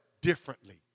differently